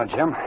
Jim